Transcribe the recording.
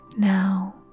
Now